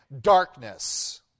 darkness